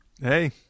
Hey